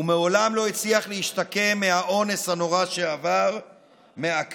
הוא מעולם לא הצליח להשתקם מהאונס הנורא שעבר ומהכליאה.